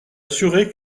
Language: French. assuré